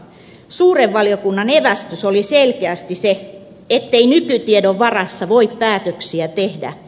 suuren valiokunnan evästys oli selkeästi se ettei nykytiedon varassa voi päätöksiä tehdä